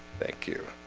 thank you